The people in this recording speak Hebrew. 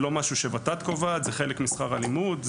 זה לא משהו שות"ת קובעת זה חלק משכר הלימוד.